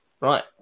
Right